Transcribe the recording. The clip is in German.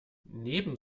neben